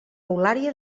eulària